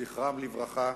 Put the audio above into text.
זכרם לברכה,